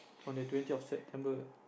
on the twentieth of September